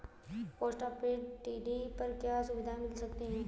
Post office TD पर क्या सुविधाएँ मिल सकती है?